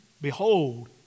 behold